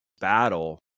battle